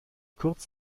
kurz